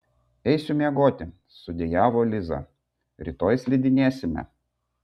eisiu miegoti sudejavo liza rytoj slidinėsime